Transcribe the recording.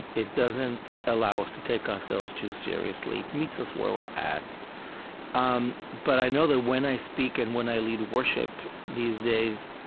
it doesn't allow us to take ourselves too seriously. it meets us where we're at um but i know that when i speak and when i lead worship these days,